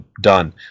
done